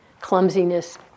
Clumsiness